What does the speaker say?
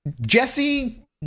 Jesse